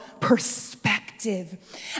perspective